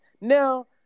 Now